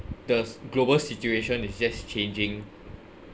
the global situation is just changing